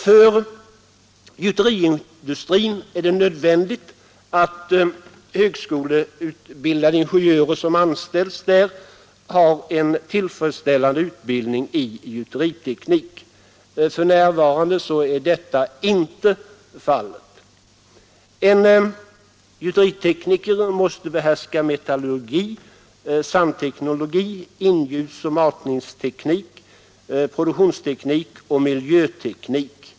För gjuteriindustrin är det nödvändigt att högskoleutbildade ingenjörer som anställs där har en tillfredsställande utbildning i gjuteriteknik. För närvarande är detta inte fallet. En gjuteritekniker måste behärska metallurgi, sandteknologi, ingjutsoch matningsteknik, produktionsteknik och miljöteknik.